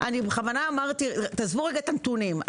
בכוונה אמרתי: עזבו לרגע את הנתונים.